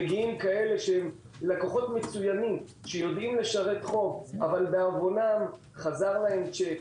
מגיעים כאלה שלקוחות שיודעים לשלם חוב אבל בעוונם חזר להם שיק,